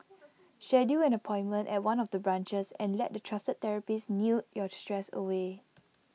schedule an appointment at one of the branches and let the trusted therapists knead your stress away